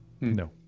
No